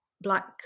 black